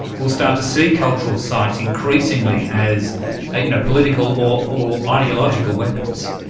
will start to see cultural sites increasingly as ah you know political or or ideological weapons?